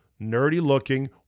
nerdy-looking